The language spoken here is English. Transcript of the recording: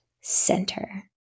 center